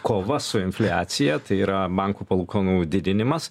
kova su infliacija tai yra bankų palūkanų didinimas